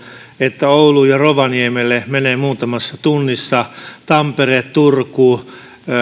että ouluun ja rovaniemelle menee muutamassa tunnissa ja tampere turku ja